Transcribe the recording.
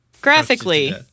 Graphically